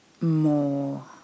more